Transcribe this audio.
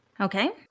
Okay